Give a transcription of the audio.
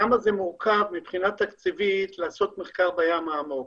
כמה מורכב תקציבית, לעשות מחקר בים העמוק.